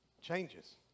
changes